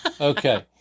Okay